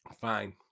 Fine